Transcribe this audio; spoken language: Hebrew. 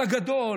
על האח הגדול.